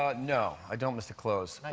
ah no, i don't miss the clothes.